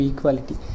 Equality